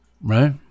right